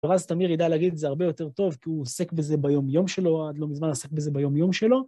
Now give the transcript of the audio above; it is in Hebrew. ואז תמיר ידע להגיד את זה הרבה יותר טוב, כי הוא עוסק בזה ביום יום שלו, עד לא מזמן עסק בזה ביום יום שלו.